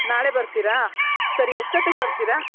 ನಾಳೆ ಬರ್ತೀರಾ ಸರಿ ಎಷ್ಟೊತ್ತಿಗೆ ಬರ್ತೀರಾ